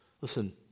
Listen